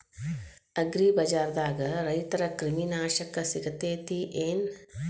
ಅಗ್ರಿಬಜಾರ್ದಾಗ ರೈತರ ಕ್ರಿಮಿ ನಾಶಕ ಸಿಗತೇತಿ ಏನ್?